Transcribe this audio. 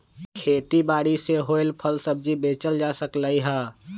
खेती बारी से होएल फल सब्जी बेचल जा सकलई ह